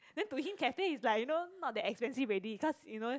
then to him cafe is like you know not that expensive already cause you know